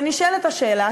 ונשאלת השאלה,